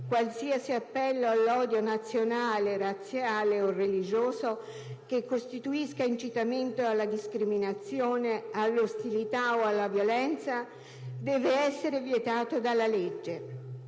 Qualsiasi appello all'odio nazionale razziale o religioso che costituisca incitamento alla discriminazione, all'ostilità o alla violenza deve essere vietato dalla legge